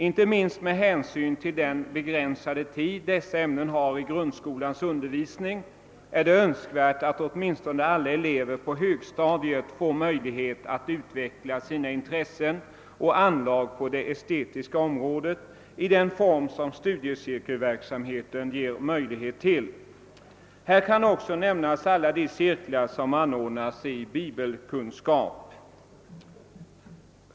Inte minst med hänsyn till den begränsade tid som dessa ämnen har i grundskolans undervisning är det önskvärt att åtminstone alla elever på högstadiet får möjlighet att utveckla sina intressen och anlag på det estetiska området i den form som studiecirkelverksamheten ger möjlighet till. Här kan också nämnas alla de cirklar som anordnas i bibelkunskap.